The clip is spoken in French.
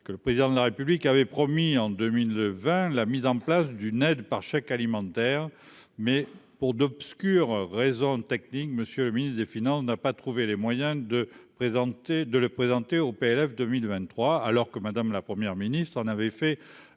que le président de la République avait promis en 2020 la mise en place d'une aide par chèque alimentaire mais, pour d'obscures raisons techniques, monsieur le ministre des Finances n'a pas trouvé les moyens de présenter de le présenter au PLF 2023 alors que madame la première ministre, on avait fait